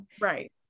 Right